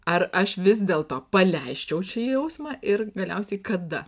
ar aš vis dėlto paleisčiau šį jausmą ir galiausiai kada